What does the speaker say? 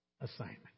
assignment